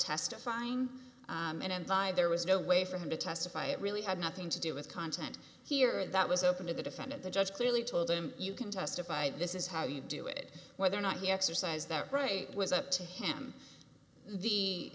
testifying and died there was no way for him to testify really had nothing to do with content here that was open to the defendant the judge clearly told him you can testify this is how you do it whether or not he exercise that right was up to him the